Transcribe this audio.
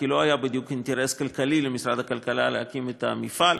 כי לא היה בדיוק אינטרס כלכלי למשרד הכלכלה להקים את המפעל,